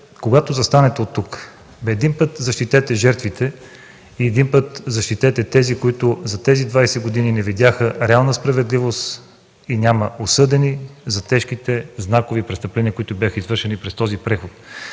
когато застанете оттук, един път защитете жертвите и тези, които за 20 години не видяха реална справедливост и няма осъдени за тежките знакови престъпления, извършени през този преход.